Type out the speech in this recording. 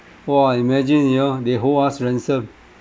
!wah! imagine you know they hold us ransom